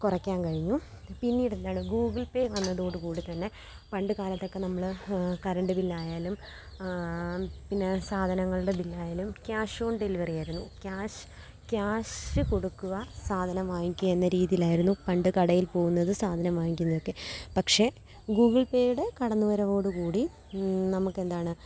കുറയ്ക്കാൻ കഴിഞ്ഞു പിന്നീട് എന്താണ് ഗൂഗിൾ പേ വന്നതോടുകൂടി തന്നെ പണ്ടുകാലത്തൊക്കെ നമ്മള് കരണ്ട് ബില്ല് ആയാലും പിന്നെ സാധനങ്ങളുടെ ബില്ല് ആയാലും ക്യാഷ് ഓൺ ഡെലിവറി ആയിരുന്നു ക്യാഷ് ക്യാഷ് കൊടുക്കുക സാധനം വാങ്ങിക്കുകയെന്ന രീതിയിലായിരുന്നു പണ്ട് കടയിൽ പോകുന്നത് സാധനം വാങ്ങിക്കുന്നതൊക്കെ പക്ഷേ ഗുഗിൾ പേയുടെ കടന്നു വരവോടു കൂടി നമുക്ക് എന്താണ്